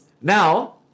Now